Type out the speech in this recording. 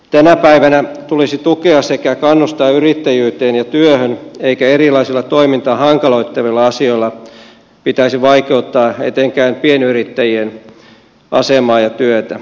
tänä päivänä tulisi tukea sekä kannustaa yrittäjyyteen ja työhön eikä erilaisilla toimintaa hankaloittavilla asioilla pitäisi vaikeuttaa etenkään pienyrittäjien asemaa ja työtä